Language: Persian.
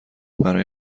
برای